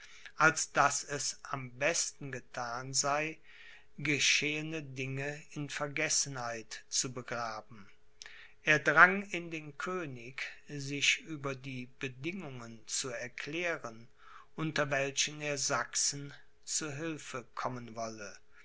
als daß es am besten gethan sei geschehene dinge in vergessenheit zu begraben er drang in den könig sich über die bedingungen zu erklären unter welchen er sachsen zu hilfe kommen wolle